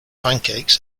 pancakes